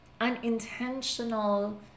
unintentional